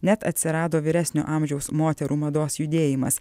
net atsirado vyresnio amžiaus moterų mados judėjimas